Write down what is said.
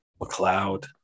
mcleod